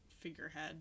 figurehead